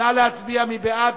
נא להצביע, מי בעד?